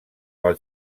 pel